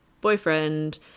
boyfriend